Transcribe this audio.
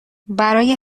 برای